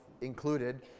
included